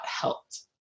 helped